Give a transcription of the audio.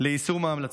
ליישום ההמלצות.